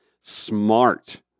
smart